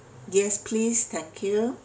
yes please thank you